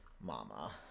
Mama